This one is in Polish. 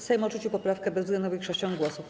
Sejm odrzucił poprawkę bezwzględną większością głosów.